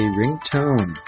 ringtone